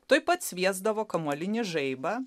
tuoj pat sviesdavo kamuolinį žaibą